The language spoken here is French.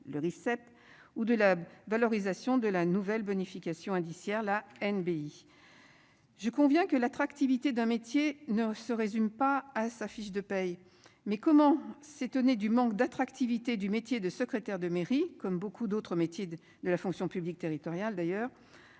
ou de la valorisation de la nouvelle bonification indiciaire la NBI. Je conviens que l'attractivité d'un métier ne se résume pas à sa fiche de paye. Mais comment s'étonner du manque d'attractivité du métier de secrétaire de mairie, comme beaucoup d'autres métiers de la fonction publique territoriale d'ailleurs